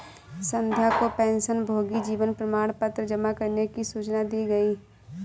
संध्या को पेंशनभोगी जीवन प्रमाण पत्र जमा करने की सूचना दी गई